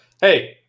Hey